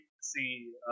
see